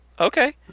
Okay